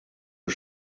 aux